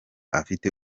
afite